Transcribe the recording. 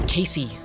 Casey